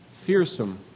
fearsome